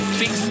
fix